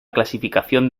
clasificación